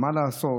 מה לעשות